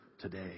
today